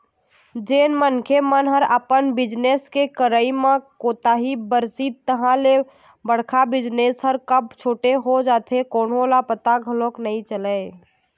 जेन मनखे मन ह अपन बिजनेस के करई म कोताही बरतिस तहाँ ले बड़का बिजनेस ह कब छोटे हो जाथे कोनो ल पता घलोक नइ चलय